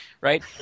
right